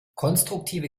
konstruktive